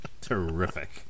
Terrific